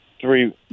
Three